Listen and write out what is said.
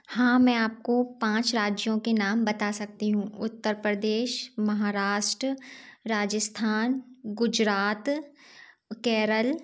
हाँ मैं आप को पाँच राज्यों के नाम बता सकती हूँ उत्तर प्ररदेश महाराष्ट्र राजस्थान गुजरात केरल